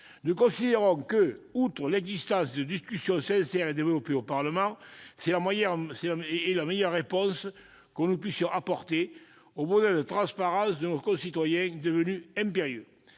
Nous considérons en outre que l'existence de discussions sincères et développées au Parlement est la meilleure réponse que nous puissions apporter au besoin de transparence de nos concitoyens, devenu impérieux.